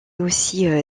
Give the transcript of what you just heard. aussi